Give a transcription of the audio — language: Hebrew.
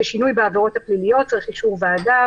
ששינוי בעבירות הפליליות צריך אישור ועדה,